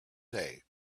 day